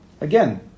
again